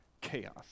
chaos